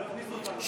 לא הכניסו אותנו.